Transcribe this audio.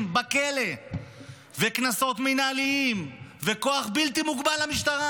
בכלא וקנסות מינהליים וכוח בלתי מוגבל למשטרה.